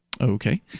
Okay